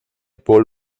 paul